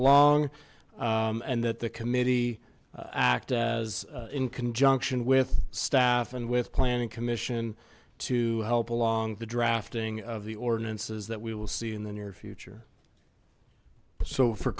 along and that the committee act as in conjunction with staff and with planning commission to help along the drafting of the ordinances that we will see in the near future so for